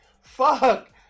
Fuck